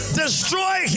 destroy